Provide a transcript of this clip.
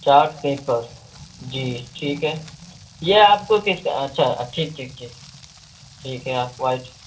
chart paper جی ٹھیک ہے یہ آپ کو کس اچھا ٹھیک ٹھیک ٹھیک ٹھیک ہے آپ کو آج